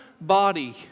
body